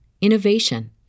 innovation